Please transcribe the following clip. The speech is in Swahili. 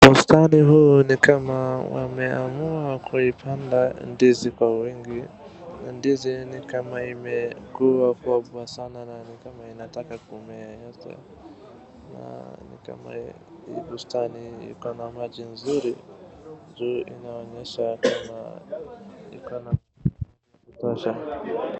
Bustani huu ni kama wameamua kuipanda ndizi kwa wingi. Ndizi ni kama imekuwa hapo sana na ni kama inataka kumea. Na ni kama hii bustani iko na maji nzuri juu inaonyesha kama iko na maji ya kutosha.